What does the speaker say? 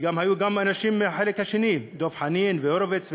וגם היו גם אנשים מהחלק השני: דב חנין והורוביץ ואחרים.